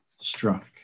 struck